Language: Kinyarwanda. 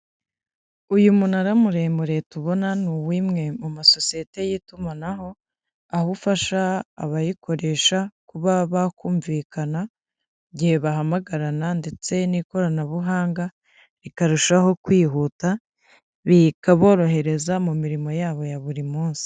Uyu munara muremure tubona ni w'imwe mu masosiyete y'itumanaho, aho ufasha abayikoresha kuba bakumvikana, igihe bahamagarana ndetse n'ikoranabuhanga, rikarushaho kwihuta, bikaborohereza mu mirimo yabo ya buri munsi.